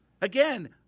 Again